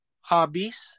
hobbies